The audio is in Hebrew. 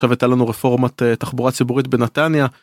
עכשיו היתה לנו רפורמת תחבורה ציבורית בנתניה.